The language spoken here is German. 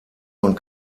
und